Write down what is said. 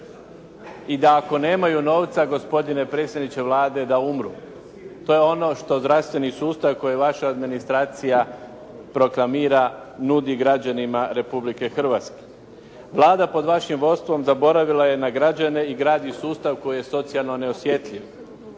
i da ako nemaju novca gospodine predsjedniče Vlade, da umru. To je ono što zdravstveni sustav koji vaša administracija proklamira, nudi građanima Republike Hrvatske. Vlada pod vašim vodstvom zaboravila je na građane i gradi sustav koji je socijalno neosjetljiv.